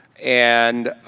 and